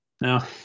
Now